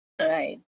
Right